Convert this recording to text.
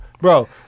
bro